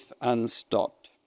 unstopped